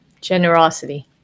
Generosity